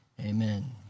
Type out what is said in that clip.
Amen